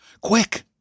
Quick